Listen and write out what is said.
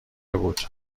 بود